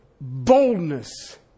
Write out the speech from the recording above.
boldness